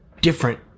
different